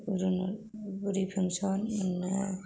एरैनो बुरै पेन्सन मोनो